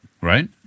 right